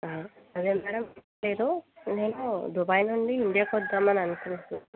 అదే మేడం ఏమి లేదు నేను దుబాయ్ నుండి ఇండియాకి వద్దాం అని అనుకుంటున్నాను